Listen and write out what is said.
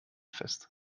fest